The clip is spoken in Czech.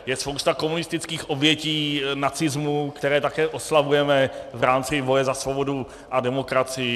Je spousta komunistických obětí, nacismu, které také oslavujeme v rámci boje za svobodu a demokracii.